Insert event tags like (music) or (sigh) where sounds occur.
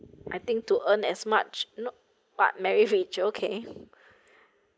I think to earn as much not but merry rich okay (breath)